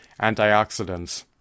antioxidants